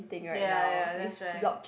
ya ya that's right